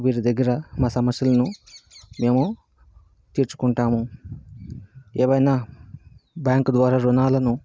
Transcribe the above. వీరి దగ్గర మా సమస్యలను మేము తీర్చుకుంటాము ఏవైనా బ్యాంకు ద్వారా ఋణాలను